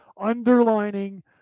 underlining